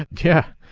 yeah.